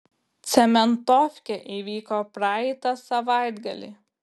cementofkė įvyko praeitą savaitgalį